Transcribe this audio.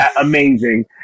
amazing